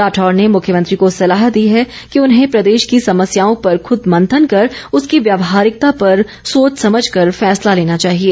राठौर ने मुख्यमंत्री को सलाह दी है कि उन्हें प्रदेश की समस्याओं पर खूद मंथन कर उसकी व्यवहारिकता पर सोच समझ कर फैसला लेना चाहिए